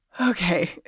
Okay